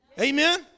Amen